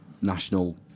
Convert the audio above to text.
National